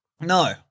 No